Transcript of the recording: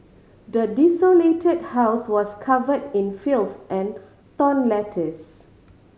the desolated house was cover in filth and torn letters